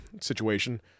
situation